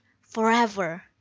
forever